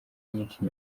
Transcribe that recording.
nyinshi